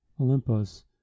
Olympus